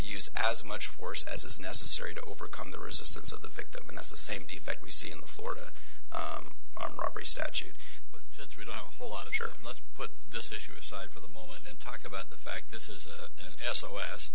use as much force as is necessary to overcome the resistance of the victim and that's the same defect we see in the florida armed robbery statute but that's real whole lot of sure let's put this issue aside for the moment and talk about the fact this is an s o s